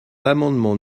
l’amendement